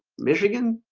michigan,